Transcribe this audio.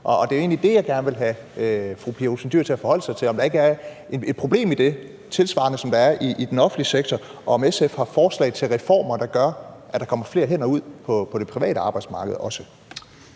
egentlig det, jeg gerne vil have fru Pia Olsen Dyhr til at forholde sig til – altså, om der ikke er et problem i det, ligesom der er i den offentlige sektor, og om SF har forslag til reformer, der gør, at der kommer flere hænder ud på det private arbejdsmarked også.